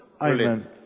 Amen